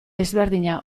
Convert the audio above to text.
ezberdina